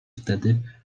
wtedy